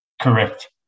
correct